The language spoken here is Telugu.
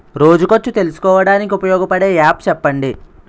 రోజు ఖర్చు తెలుసుకోవడానికి ఉపయోగపడే యాప్ చెప్పండీ?